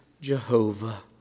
Jehovah